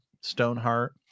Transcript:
Stoneheart